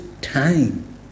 time